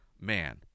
man